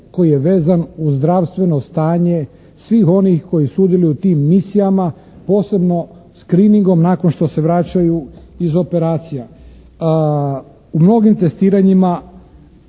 koji je vezan uz zdravstveno stanje svih onih koji sudjeluju u tim misijama posebno screeningom nakon što se vraćaju iz operacija. U mnogim testiranjima